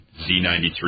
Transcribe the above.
Z93